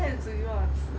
他又煮给我吃啊